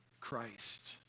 Christ